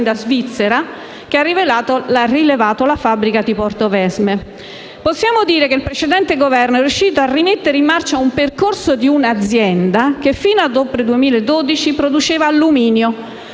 svizzera che ha rilevato la fabbrica di Portovesme. Possiamo dire che il precedente Governo è riuscito a rimettere in marcia il percorso un'azienda che fino al 2012 produceva alluminio